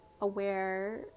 aware